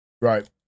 Right